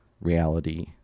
reality